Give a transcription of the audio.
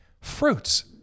fruits